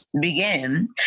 begin